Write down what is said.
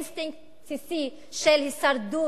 נשאר אינסטינקט בסיסי של הישרדות,